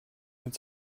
uns